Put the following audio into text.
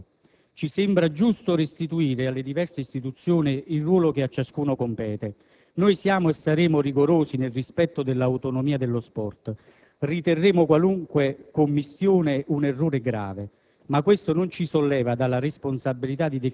nella costruzione di una sana cultura sportiva. Ci sembra giusto restituire alle diverse istituzioni il ruolo che a ciascuna compete. Noi siamo e saremo rigorosi nel rispetto dell'autonomia dello sport. Riterremo qualunque commistione un errore grave,